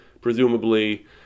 Presumably